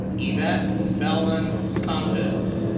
yvette belman sanchez.